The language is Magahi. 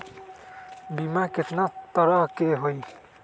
बीमा केतना तरह के होइ?